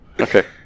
Okay